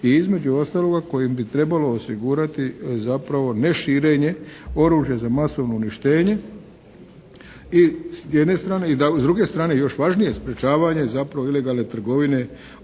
i između ostaloga kojim bi trebalo osigurati zapravo neširenje oružja za masovno uništenje i, s jedne strane i s druge strane još važnije sprečavanje zapravo ilegalne trgovine oružja